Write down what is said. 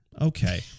Okay